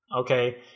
Okay